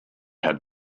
had